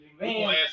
Man